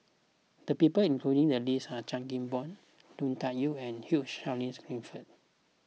the people included in the list are Chan Kim Boon Lui Tuck Yew and Hugh Charles Clifford